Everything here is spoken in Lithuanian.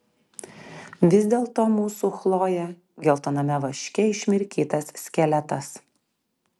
vis dėlto mūsų chlojė geltoname vaške išmirkytas skeletas